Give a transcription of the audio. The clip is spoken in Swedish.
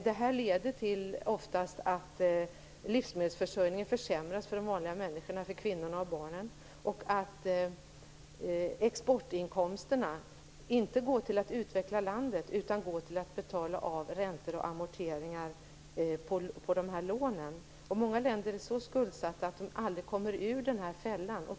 Detta leder oftast till att livsmedelsförsörjningen försämras för vanliga människor, för kvinnor och barn, och till att exportinkomsterna inte går till att utveckla landet utan till att betala av räntor och amorteringar på lånen. Många länder är så skuldsatta att de aldrig kommer ur fällan.